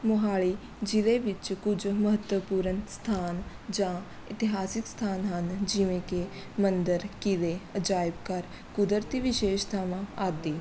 ਮੋਹਾਲੀ ਜ਼ਿਲ੍ਹੇ ਵਿੱਚ ਕੁਝ ਮਹੱਤਵਪੂਰਨ ਸਥਾਨ ਜਾਂ ਇਤਿਹਾਸਿਕ ਅਸਥਾਨ ਹਨ ਜਿਵੇਂ ਕਿ ਮੰਦਰ ਕਿਲ੍ਹੇ ਅਜਾਇਬ ਘਰ ਕੁਦਰਤੀ ਵਿਸ਼ੇਸ਼ਤਾਵਾਂ ਆਦਿ